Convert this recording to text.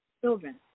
children